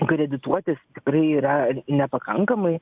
kredituotis yra nepakankamai